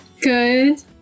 Good